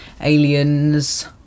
Aliens